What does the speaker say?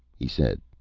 he said.